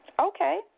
Okay